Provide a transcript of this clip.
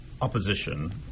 opposition